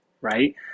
right